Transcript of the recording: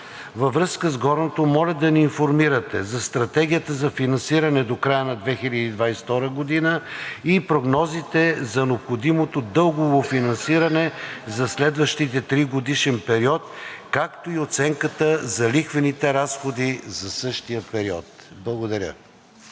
Във връзка с горното, моля да ни информирате за стратегията за финансиране до края на 2022 г. и прогнозите за необходимото дългово финансиране за следващия тригодишен период, както и оценката за лихвените разходи за същия период. Благодаря.